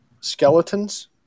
Skeletons